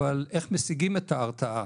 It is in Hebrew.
אבל איך משיגים את ההרתעה?